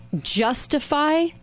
justify